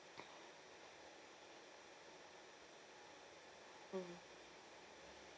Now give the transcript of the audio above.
mm